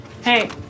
Hey